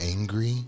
angry